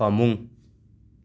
ꯐꯃꯨꯡ